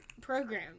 program